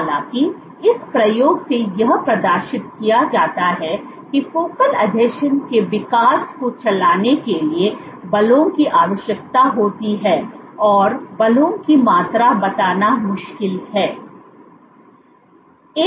हालांकि इस प्रयोग से यह प्रदर्शित किया जाता है कि फोकल आसंजन के विकास को चलाने के लिए बलों की आवश्यकता होती है और बलों की मात्रा बताना मुश्किल है